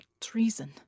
treason